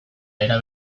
era